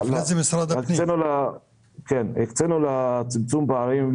הקצינו לצמצום פערים,